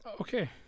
Okay